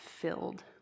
filled